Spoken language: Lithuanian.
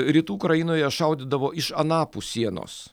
rytų ukrainoje šaudydavo iš anapus sienos